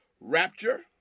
Rapture